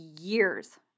years